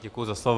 Děkuji za slovo.